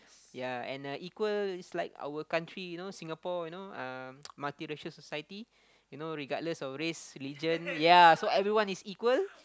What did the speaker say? ya and uh equal is like our country you know Singapore you know um multi racial society you know regardless of race religion ya so everyone is equal